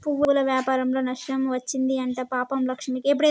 పువ్వుల వ్యాపారంలో నష్టం వచ్చింది అంట పాపం లక్ష్మికి